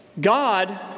God